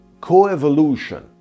co-evolution